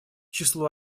числу